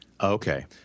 Okay